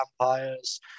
vampires